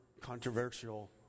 controversial